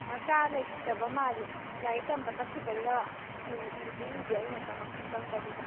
ꯃꯆꯥ ꯂꯩꯇꯕ ꯃꯥꯜꯂꯤ ꯂꯥꯏꯔꯤꯛ ꯇꯝꯕ ꯆꯠꯈꯤꯕꯩꯔꯣ ꯎꯗꯤ ꯎꯗꯦ ꯑꯩꯅ ꯆꯪꯕꯗꯨꯗ